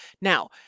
Now